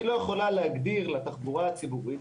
היא לא יכולה להגדיר לתחבורה הציבורית,